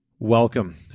Welcome